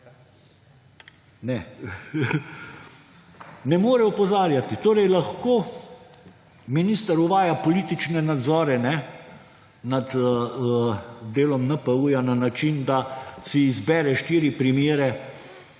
Ne! Ne more opozarjati. Torej lahko minister uvaja politične nadzore nad delom NPU na način, da si izbere štiri primere,